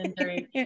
three